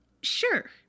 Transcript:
sure